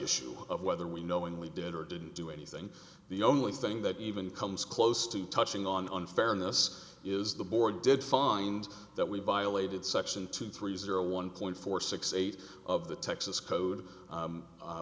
issue of whether we knowingly did or didn't do anything the only thing that even comes close to touching on fairness is the board did find that we violated section two three zero one point four six eight of the texas code